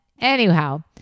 anyhow